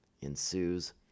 ensues